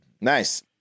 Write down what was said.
Nice